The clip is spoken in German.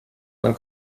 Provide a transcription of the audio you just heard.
man